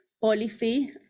policy